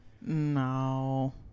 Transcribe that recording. No